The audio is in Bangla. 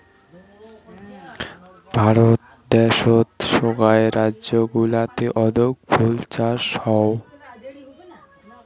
ভারত দ্যাশোত সোগায় রাজ্য গুলাতে আদৌক ফুল চাষ হউ